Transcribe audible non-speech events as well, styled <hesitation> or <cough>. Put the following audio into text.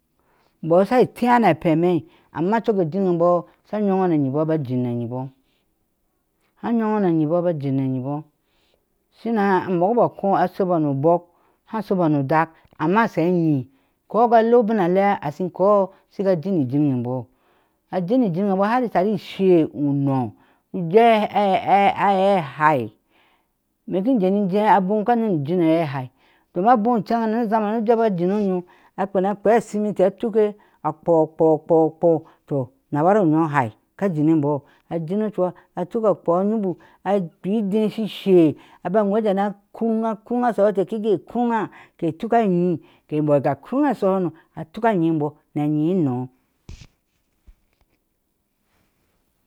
Imbɔɔ she tege na peme, amma cok win embɔɔ sha yuŋu na yibɔɔ ha yunu na abibɔɔ shina a mukbɔɔ a kɔɔ a shebɔɔ nɔ obɔɔ haa sho bɔɔ nɔ odak amaasha anyi koga lea ubm a lea a shi inkɔɔ shga jin win embɔɔ ajim iŋin embɔɔ har i teri isɛ́ɛ́ uno we <hesitation> ahai ime ki je ni jee abom ka neni win aɛi ihai, domin abon eceg nu zamani shu hee imbɔɔ a jee kin onyo a hena kpa ceminti atuke a kpo kpo kpo kpo tɔnabar a onyo, hai ka jin a embɔɔ ajin acuha atuk akpo a niybu a kpe inde shi she aba wejeŋ na na koŋ nabar ke te shi ge kurŋa k tuk anyi a bɔɔ ga kuda shuhonoa tuk anyi embɔɔ na nyi a nɔɔ.